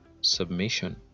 submission